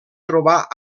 trobar